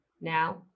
Now